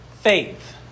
faith